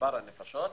ובמספר הנפשות.